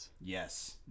yes